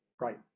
Right